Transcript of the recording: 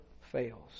fails